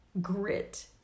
grit